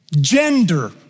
gender